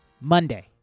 Monday